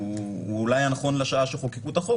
הוא אולי היה נכון לשעה שחוקקו את החוק,